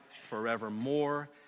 forevermore